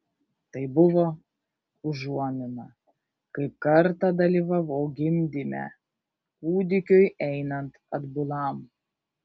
tai buvo užuomina kaip kartą dalyvavau gimdyme kūdikiui einant atbulam